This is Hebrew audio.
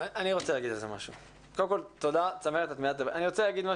אני רוצה להגיד משהו לא פופולארי,